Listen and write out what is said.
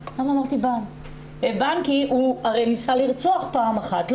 הרי הוא ניסה לרצוח פעם אחת,